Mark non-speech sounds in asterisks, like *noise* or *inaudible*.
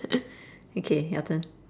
*noise* okay your turn